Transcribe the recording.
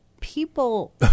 People